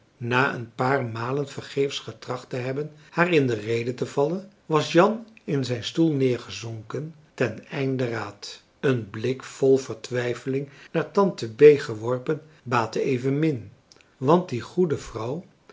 na een paar malen vergeefs getracht te hebben haar in de rede te vallen was jan in zijn stoel neergezonken ten einde raad een blik vol vertwijfeling naar tante bee geworpen baatte evenmin want die goede vrouw